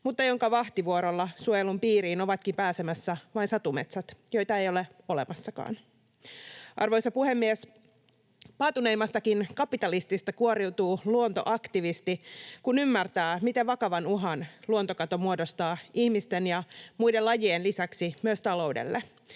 mutta jonka vahtivuorolla suojelun piiriin ovatkin pääsemässä vain satumetsät, joita ei ole olemassakaan. Arvoisa puhemies! Paatuneimmastakin kapitalistista kuoriutuu luontoaktivisti, kun ymmärtää, miten vakavan uhan luontokato muodostaa ihmisten ja muiden lajien lisäksi myös taloudelle.